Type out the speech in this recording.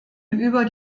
über